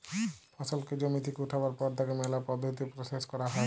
ফসলকে জমি থেক্যে উঠাবার পর তাকে ম্যালা পদ্ধতিতে প্রসেস ক্যরা হ্যয়